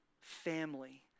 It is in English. family